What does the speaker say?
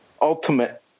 ultimate